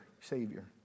savior